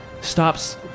stops